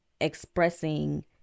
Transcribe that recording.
expressing